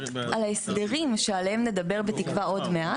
על ההסדרים שעליהם נדבר בתקווה עוד מעט.